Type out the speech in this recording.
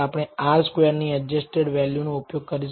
આપણે R square ની adjusted value ઉપયોગ કરીશુ